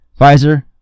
Pfizer